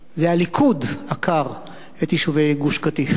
זה הליכוד עקר את יישובי גוש-קטיף.